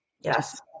Yes